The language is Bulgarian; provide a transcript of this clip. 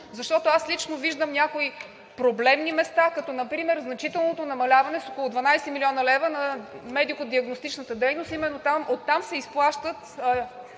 защото лично аз виждам някои проблемни места, например значителното намаляване с около 12 млн. лв. на медико-диагностичната дейност, а именно оттам се изплащат